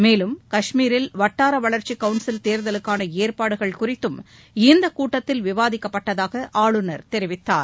மேலும் கஷ்மீரில் வட்டார வளர்ச்சி கவுன்சில் தேர்தலுக்கான ஏற்பாடுகள் குறித்தும் இந்தக் கூட்டத்தில் விவாதிக்கப்பட்டதாக ஆளுநர் தெரிவித்தார்